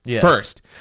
first